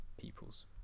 peoples